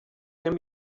can